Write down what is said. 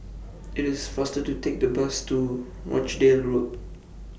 IT IS faster to Take The Bus to Rochdale Road